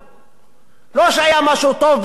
לא שהיה משהו טוב ופוגעים בו עכשיו.